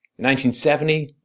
1970